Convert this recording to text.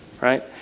right